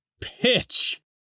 pitch